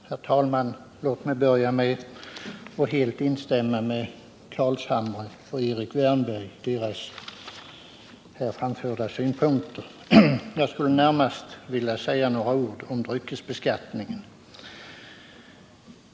Herr talman! Låt mig börja med att helt instämma i de av Nils Carlshamre och Erik Wärnberg framförda synpunkterna. Jag skall närmast säga några ord om dryckesbeskattningen.